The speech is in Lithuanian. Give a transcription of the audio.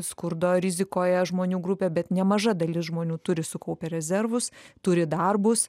skurdo rizikoje žmonių grupė bet nemaža dalis žmonių turi sukaupę rezervus turi darbus